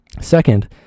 Second